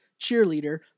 cheerleader